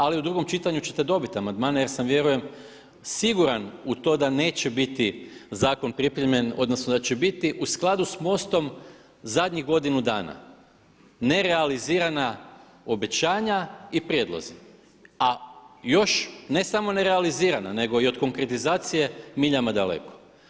Ali u drugom čitanju ćete dobiti amandmane jer sam vjerujem siguran u to da neće biti zakon pripremljen, odnosno da će biti u skladu sa MOST-om zadnjih godinu dana nerealizirana obećanja i prijedlozi, a još ne samo nerealizirana nego i od konkretizacije miljama daleko.